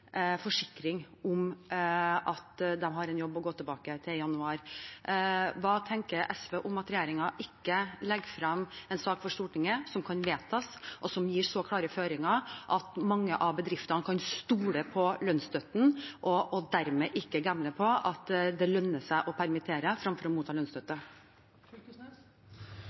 forsikring om at de har en jobb å gå tilbake til i januar? Hva tenker SV om at regjeringen ikke legger fram en sak for Stortinget som kan vedtas, og som gir så klare føringer at mange av bedriftene kan stole på lønnsstøtten – og dermed ikke gambler med at det lønner seg å permittere framfor å motta lønnsstøtte?